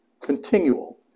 continual